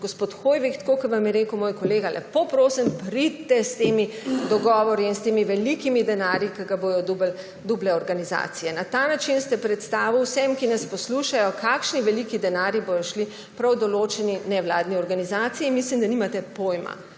Gospod Hoivik, tako kot vam je rekel moj kolega, lepo prosim, pridite s temi dogovori in s temi velikimi denarji, ki ga bodo dobile organizacije. Na ta način ste predstavil vsem, ki nas poslušajo, kakšni veliki denarji bodo šli prav določeni nevladni organizaciji. Mislim, da nimate pojma,